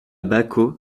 baquo